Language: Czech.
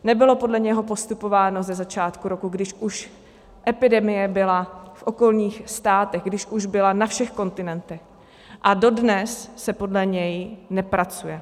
Nebylo podle něho postupováno ze začátku roku, když už epidemie byla v okolních státech, když už byla na všech kontinentech, a dodnes se podle něj nepracuje.